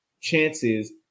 chances